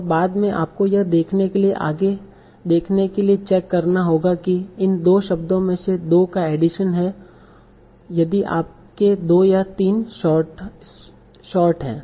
और बाद में आपको यह देखने के लिए आगे देखने के लिए चेक करना होगा कि इन 2 शब्दों में 2 का एडीशन हैं यदि आपके 2 या 3 सॉर्ट हैं